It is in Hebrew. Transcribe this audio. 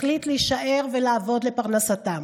החליט להישאר ולעבוד לפרנסתם.